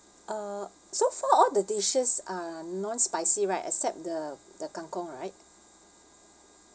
uh so far all the dishes are non spicy right except the the kang kong right